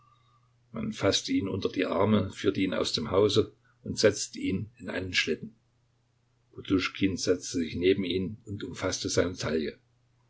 man faßte ihn unter die arme führte ihn aus dem hause und setzte ihn in einen schlitten poduschkin setzte sich neben ihn und umfaßte seine